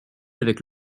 avec